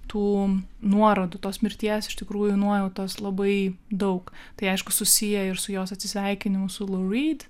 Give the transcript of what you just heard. tų nuorodų tos mirties iš tikrųjų nuojautos labai daug tai aišku susiję ir su jos atsisveikinimu su loryd